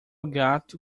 gato